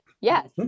yes